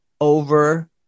over